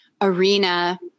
arena